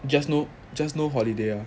just no just no holiday ah